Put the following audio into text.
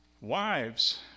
Wives